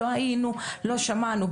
לא היינו ולא שמענו,